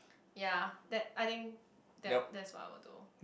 ya that I think that that's what I will do